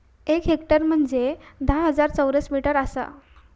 एक हेक्टर म्हंजे धा हजार चौरस मीटर आसा